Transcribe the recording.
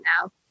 now